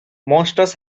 monsters